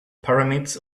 pyramids